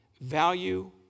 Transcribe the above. value